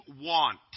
want